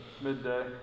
Midday